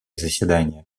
заседание